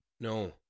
No